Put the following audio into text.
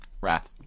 Wrath